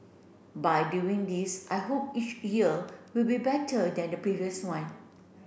by doing this I hope each year will be better than the previous one